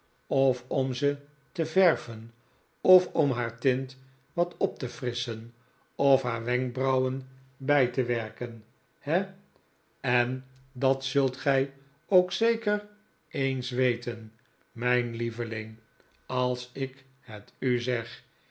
of om ze te verven of om haar teint op te frisschen of haar wenkbrauwen bij te werken he en dat zult gij ook zeker eens weten mijn lieveling als ik het u zeg